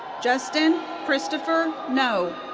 justin christopher no.